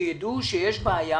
שידעו שיש בעיה